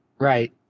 right